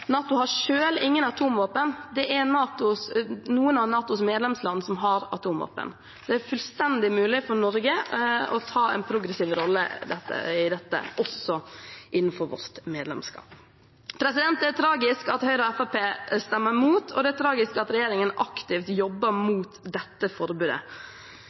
NATO selv har ingen atomvåpen. Noen av NATOs medlemsland har atomvåpen. Det er fullt mulig for Norge å ta en progressiv rolle i dette, også innenfor vårt medlemskap. Det er tragisk at Høyre og Fremskrittspartiet stemmer imot, og det er tragisk at regjeringen aktivt jobber mot dette forbudet.